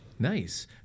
Nice